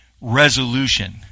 resolution